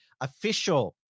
official